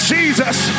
Jesus